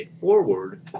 forward